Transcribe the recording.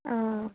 অ